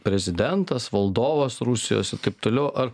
prezidentas valdovas rusijos ir taip toliau ar